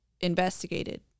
investigated